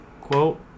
quote